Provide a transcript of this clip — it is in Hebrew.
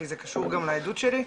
כי זה קשור גם לעדות שלי.